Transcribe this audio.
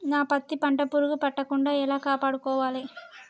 నా పత్తి పంట పురుగు పట్టకుండా ఎలా కాపాడుకోవాలి?